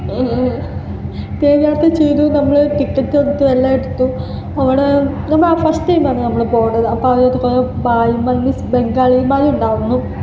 train യാത്ര ചെയ്തു നമ്മൾ ടിക്കറ്റെടുത്തു എല്ലാം എടുത്തു അവിടെ നമ്മൾ ഫസ്റ്റ് ടൈമാണ് നമ്മൾ പോകണത് അപ്പോള് അതിനകത്ത് ഭായിമാർ മീൻസ് ബംഗാളിമാരുണ്ടായിരുന്നു